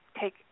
take